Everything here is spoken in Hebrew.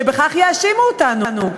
שבכך יאשימו אותנו.